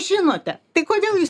žinote tai kodėl jūs